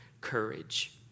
courage